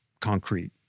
concrete